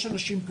יש פה אנשים.